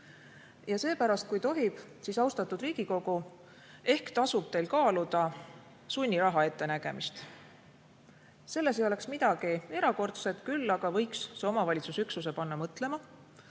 Ja seepärast, kui tohib, austatud Riigikogu, küsingi: ehk tasub teil kaaluda sunniraha ettenägemist? Selles ei oleks midagi erakordset, küll aga võiks see omavalitsusüksuse panna mõtlema,